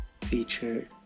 featured